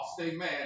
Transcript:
Amen